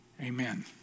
Amen